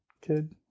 kid